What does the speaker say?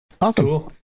Awesome